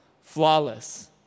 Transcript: flawless